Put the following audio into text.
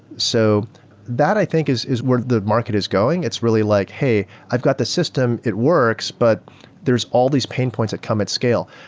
so that i think is is where the market is going. it's really like, hey, i've got this system. it works, but there's all these pain points that come at scale.